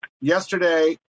Yesterday